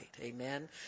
Amen